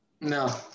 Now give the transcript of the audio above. No